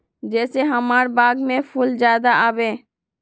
जे से हमार बाग में फुल ज्यादा आवे?